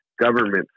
government